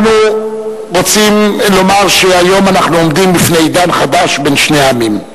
אנחנו רוצים לומר שהיום אנחנו עומדים בפני עידן חדש בין שני העמים.